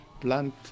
plant